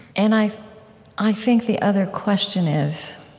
and i i think the other question is,